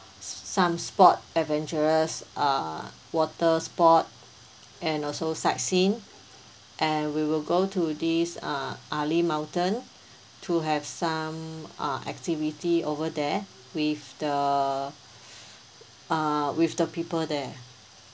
s~ some sport adventurous uh water sport and also sightseeing and we will go to this uh ali mountain to have some uh activity over there with the uh with the people there